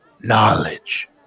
knowledge